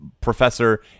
professor